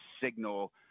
signal